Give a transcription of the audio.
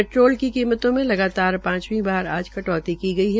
petrol की कीमतों में लगातार पांचवी बार आज कटौती की गई है